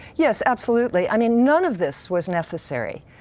yes, absolutely. i mean, none of this was necessary.